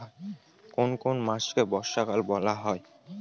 কোন কোন মাসকে বর্ষাকাল বলা হয়?